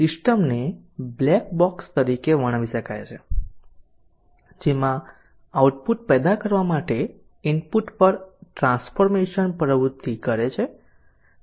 સિસ્ટમને black box તરીકે વર્ણવી શકાય છે જેમાં આઉટપુટ પેદા કરવા માટે ઇનપુટ પર ટ્રાન્સફોર્મેશન પ્રવૃત્તિ કરે છે